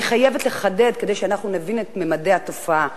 אני חייבת לחדד, כדי שאנחנו נבין את ממדי התופעה.